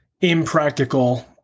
impractical